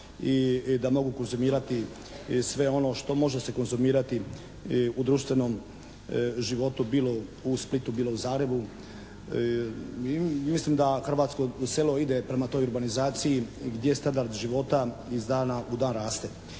i da mogu konzumirati sve ono što može se konzumirati u društvenom životu, bilo u Splitu, bilo u Zagrebu. Mislim da hrvatsko selo ide prema toj urbanizaciji gdje standard života iz dana i dan raste.